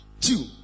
Two